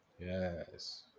yes